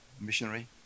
missionary